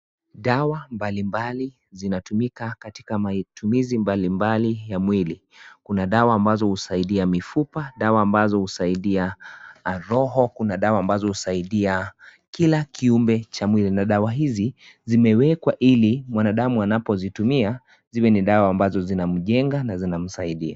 Dawa mbalimbali zinatumika katika matumizi mbalimbali ya mwili. Kuna dawa ambazo husaidia mifupa, dawa ambazo husaidia roho, kuna dawa ambazo husaidia kila kiume cha mwili, na dawa hizi, zimewekwa ili mwanadamu anapozitumia ziwe ni dawa ambazo zinamjenga na zinasaidia.